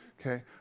Okay